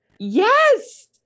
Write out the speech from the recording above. Yes